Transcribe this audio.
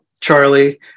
Charlie